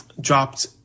Dropped